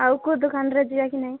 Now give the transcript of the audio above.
ଆଉ କୋଉ ଦୋକାନରେ ଯିବା କି ନାଇଁ